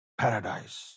paradise